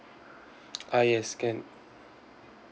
uh yes can